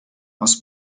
aus